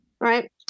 right